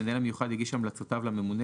(ב)המנהל המיוחד יגיש המלצותיו לממונה